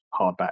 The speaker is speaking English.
hardback